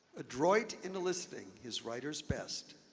adroit in eliciting his writers' best,